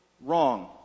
wrong